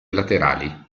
laterali